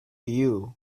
you